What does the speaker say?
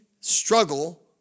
struggle